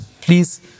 please